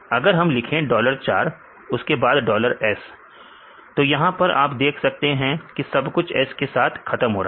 अगर हम लिखे डॉलर 4 उसके बाद डॉलर s तो यहां पर आप देख सकते हैं कि सब कुछ S के साथ खत्म हो रहा है